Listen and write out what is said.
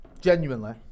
Genuinely